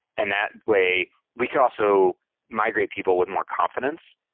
and that way we could also migrate people with more confidence.